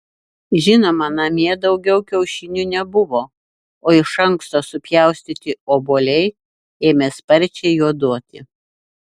žinoma namie daugiau kiaušinių nebuvo o iš anksto supjaustyti obuoliai ėmė sparčiai juoduoti